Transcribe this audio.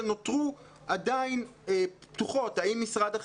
שנותרו עדיין פתוחות: האם משרד החינוך,